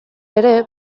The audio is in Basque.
ere